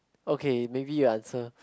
okay maybe you answer